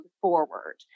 forward